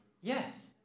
Yes